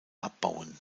abbauen